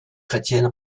chrétienne